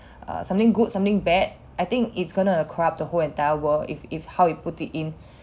uh something good something bad I think it's gonna corrupt the whole entire world if if how you put it in